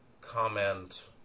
comment